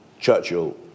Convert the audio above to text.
Churchill